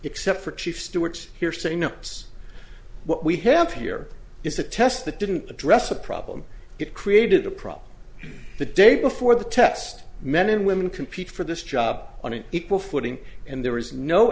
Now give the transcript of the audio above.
except for chief steward here say no it's what we have here is a test that didn't address a problem it created a problem the day before the test men and women compete for this job on an equal footing and there is no